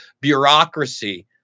bureaucracy